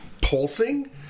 pulsing